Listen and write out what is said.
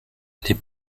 les